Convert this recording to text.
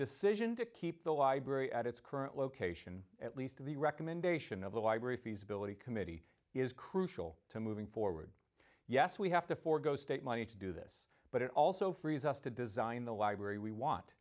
decision to keep the library at its current location at least to the recommendation of the library feasibility committee is crucial to moving forward yes we have to forego state money to do this but it also frees us to design the library we want